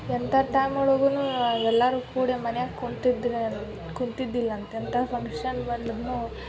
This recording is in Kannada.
ಎಂಥ ಟೈಮ್ ಒಳಗೂ ಎಲ್ಲರೂ ಕೂಡಿ ಮನ್ಯಾಗ ಕುಂತಿದ್ರು ಕುಂತಿದ್ದಿಲ್ಲಂತ ಎಂಥ ಫಂಕ್ಷನ್ ಬಂದ್ರೂ